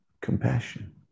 compassion